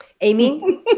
Amy